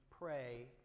pray